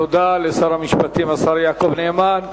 תודה לשר המשפטים, השר יעקב נאמן.